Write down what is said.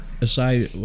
aside